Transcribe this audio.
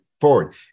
forward